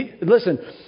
listen